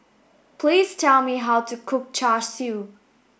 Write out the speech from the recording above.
please tell me how to cook Char Siu